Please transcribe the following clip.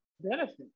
benefit